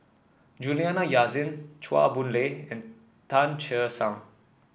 Juliana Yasin Chua Boon Lay and Tan Che Sang